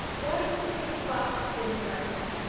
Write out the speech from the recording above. why don't you take the boxes in, harris?